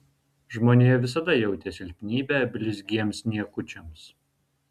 žmonija visada jautė silpnybę blizgiems niekučiams